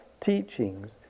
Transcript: teachings